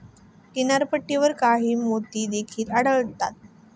किनारपट्टीवर काही मोती देखील आढळतात